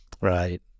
Right